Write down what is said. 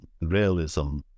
realism